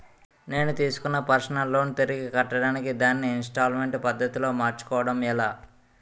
నేను తిస్కున్న personal loan తిరిగి కట్టడానికి దానిని ఇంస్తాల్మేంట్ పద్ధతి లో మార్చుకోవడం ఎలా?